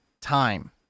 time